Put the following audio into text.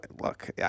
Look